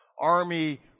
army